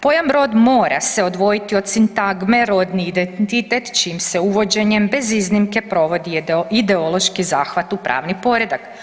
Pojam „rod“ mora se odvojiti od sintagme „rodni identitet“ čijim se uvođenjem bez iznimke provodi ideološki zahvat u pravni poredak.